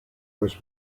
was